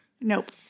Nope